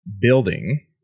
building